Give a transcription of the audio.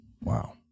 Wow